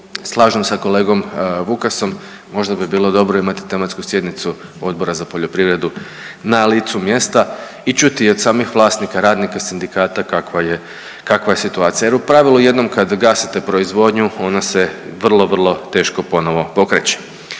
slažem sa kolegom Vukasom. Možda bi bilo dobro imati tematsku sjednicu Odbora za poljoprivredu na licu mjesta i čuti i od samih vlasnika, radnika sindikata kakva je situacija. Jer u pravilu jednom kad gasite proizvodnju ona se vrlo, vrlo teško ponovo pokreće.